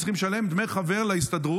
למה עובדים צריכים לשלם דמי חבר להסתדרות,